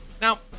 Now